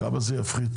כמה זה יפחית?